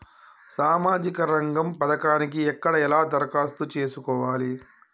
సామాజిక రంగం పథకానికి ఎక్కడ ఎలా దరఖాస్తు చేసుకోవాలి?